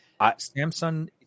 Samsung